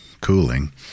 cooling